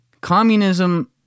communism